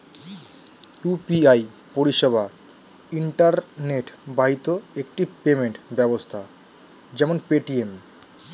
UPI পরিষেবা internet বাহিত একটি পেমেন্ট ব্যবস্থা যেমন পেটিএম